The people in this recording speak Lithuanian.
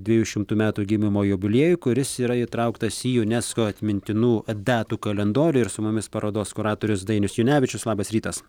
dviejų šimtų metų gimimo jubiliejų kuris yra įtrauktas į unesco atmintinų datų kalendorių ir su mumis parodos kuratorius dainius junevičius labas rytas